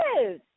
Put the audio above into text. Yes